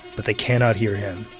but they cannot hear him.